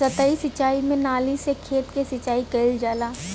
सतही सिंचाई में नाली से खेत के सिंचाई कइल जाला